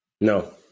No